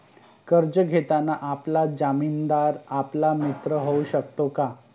कर्ज घेताना आपला जामीनदार आपला मित्र होऊ शकतो का?